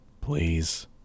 Please